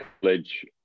college